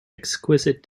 exquisite